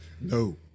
No